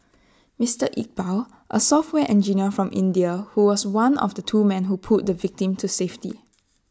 Mister Iqbal A software engineer from India who was one of two men who pulled the victim to safety